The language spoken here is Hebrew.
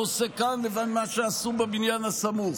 עושה כאן לבין מה שעשו בבניין הסמוך.